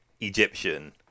Egyptian